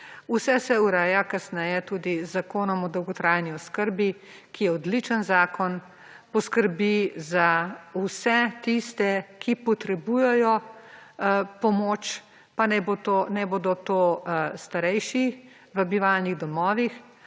Vse se ureja kasneje tudi z zakonom o dolgotrajni oskrbi, ki je odličen zakon. Poskrbi za vse tiste, ki potrebujejo pomoč, pa naj bodo to starejši v bivalnih domovih